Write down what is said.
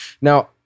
Now